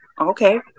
okay